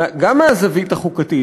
גם מהזווית החוקתית,